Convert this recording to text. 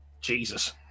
Jesus